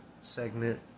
segment